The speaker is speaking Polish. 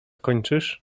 kończysz